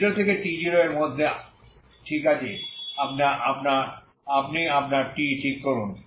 0 থেকেt0 এর মধ্যে ঠিক আছে আপনি আপনার t ঠিক করুন